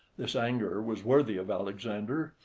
this anger was worthy of alexander,